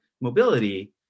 mobility